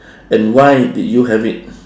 and why did you have it